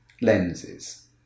lenses